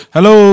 Hello